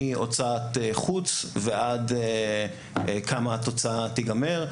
מהוצאת חוץ ועד בכמה התוצאה תיגמר.